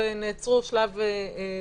נעצרו שלב לפני,